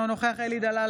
אינו נוכח אלי דלל,